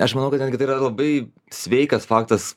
aš manau kadangi tai yra labai sveikas faktas